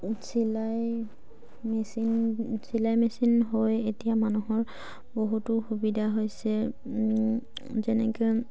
চিলাই মেচিন চিলাই মেচিন হৈ এতিয়া মানুহৰ বহুতো সুবিধা হৈছে যেনেকে